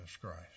Christ